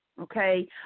okay